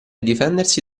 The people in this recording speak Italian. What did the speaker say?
difendersi